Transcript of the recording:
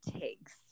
takes